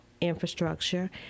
infrastructure